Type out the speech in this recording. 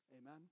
Amen